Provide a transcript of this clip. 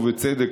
ובצדק,